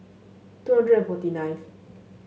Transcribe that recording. two hundred and forty nineth